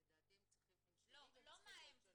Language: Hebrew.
לדעתי הם שונים והם צריכים להיות שונים.